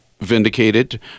vindicated